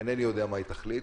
אינני יודע מה היא תחליט,